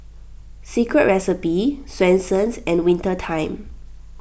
Secret Recipe Swensens and Winter Time